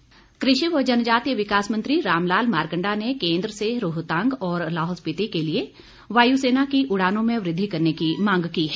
मारकंडा कृषि व जनजातीय विकास मंत्री रामलाल मारकण्डा ने केन्द्र से रोहतांग और लाहौल स्पिति के लिए वायु सेना की उड़ानों में वृद्धि करने की मांग की है